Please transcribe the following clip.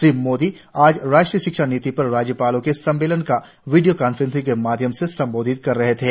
श्री मोदी आज राष्ट्रीय शिक्षा नीति पर राज्यपालों के सम्मेलन का वीडियो कांफ्रेंस के माध्यम से संबोधित कर रहे थे